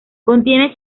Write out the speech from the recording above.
contiene